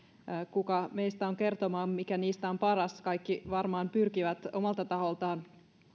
kuka meistä on kertomaan mikä niistä on paras kaikki varmaan pyrkivät omalta taholtaan